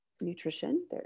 nutrition